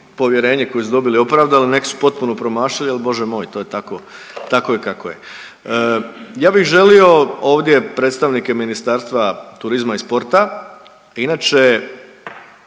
povjerenje koje su dobili opravdali, neki su potpuno promašili, ali Bože moj to je tako, tako je kako je. Ja bih želio ovdje predstavnike ministarstva turizma i spota, inače